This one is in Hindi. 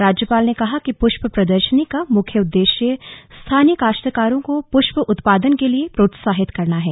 राज्यपाल ने कहा कि पुष्प प्रदर्शनी का मुख्य उद्देश्य स्थानीय काश्तकारों को पृष्य उत्पादन के लिये प्रोत्साहित करना है